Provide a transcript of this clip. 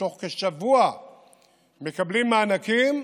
ובתוך כשבוע מקבלים מענקים.